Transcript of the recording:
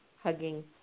hugging